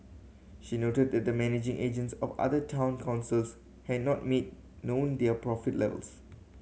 she noted that the managing agents of other town councils had not made known their profit levels